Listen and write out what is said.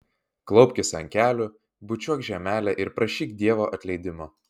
klaupkis ant kelių bučiuok žemelę ir prašyk dievo atleidimo